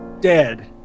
...dead